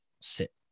sit